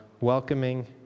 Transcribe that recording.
welcoming